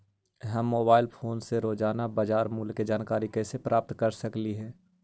हम mobile phone पर रोजाना बाजार मूल्य के जानकारी कैसे प्राप्त कर सकली हे?